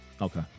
Okay